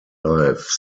life